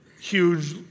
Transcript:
huge